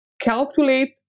Calculate